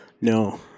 No